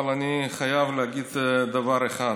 אבל אני חייב להגיד דבר אחד.